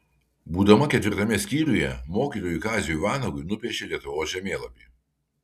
būdama ketvirtame skyriuje mokytojui kaziui vanagui nupiešė lietuvos žemėlapį